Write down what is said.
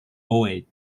owed